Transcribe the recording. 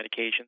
medications